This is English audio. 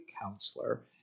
counselor